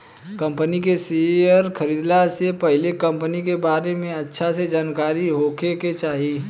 company के share खरीदला से पहिले कंपनी के बारे में अच्छा से जानकारी होखे के चाही